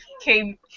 came